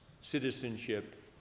citizenship